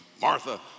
Martha